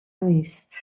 نیست